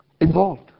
involved